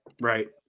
Right